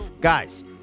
Guys